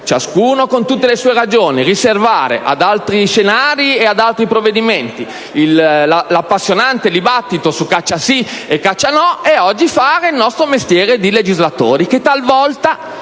ciascuno con tutte le sue ragioni - riservare ad altri scenari e ad altri provvedimenti l'appassionante dibattito su «caccia sì-caccia no» e oggi fare il nostro mestiere di legislatori, che talvolta